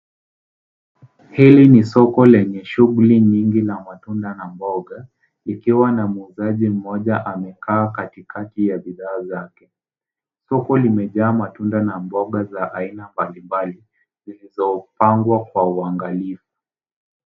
Hili ni soko lenye shughuli nyingi na matunda na mboga, likiwa na muuzaji mmoja amekaa katikati ya bidhaa zake. Soko limejaa matunda na mboga za aina mbalimbali zilizopangwa kwa uangalifu.